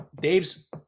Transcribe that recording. Dave's